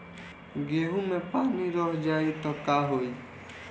गेंहू मे पानी रह जाई त का होई?